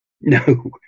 No